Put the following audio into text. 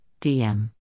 DM